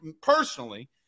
personally